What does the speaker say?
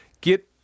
get